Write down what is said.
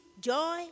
joy